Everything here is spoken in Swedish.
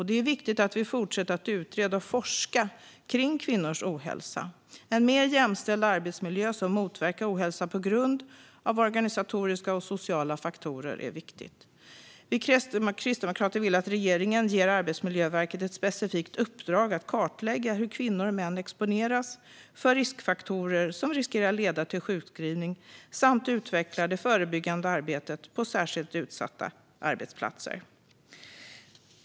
Det är viktigt att vi fortsätter att utreda och forska om kvinnors ohälsa. En mer jämställd arbetsmiljö som motverkar ohälsa på grund av organisatoriska och sociala faktorer är viktig. Vi kristdemokrater vill att regeringen ger Arbetsmiljöverket ett specifikt uppdrag att kartlägga hur kvinnor och män exponeras för riskfaktorer som riskerar att leda till sjukskrivning samt utveckla det förebyggande arbetet på särskilt utsatta arbetsplatser.